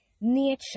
nature